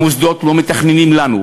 המוסדות לא מתכננים לנו,